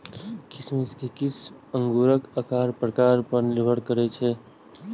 किशमिश के किस्म अंगूरक आकार प्रकार पर निर्भर करै छै